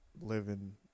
living